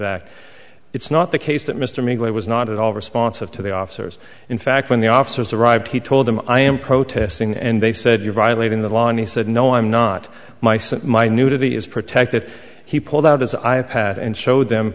act it's not the case that mr mcguire was not at all responsive to the officers in fact when the officers arrived he told them i am protesting and they said you're violating the law and he said no i'm not my son my nudity is protected he pulled out his i pad and showed them